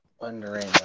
wondering